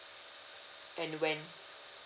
and when